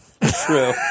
True